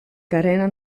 carena